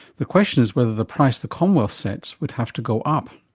the question is whether the price the commonwealth sets would have to go up.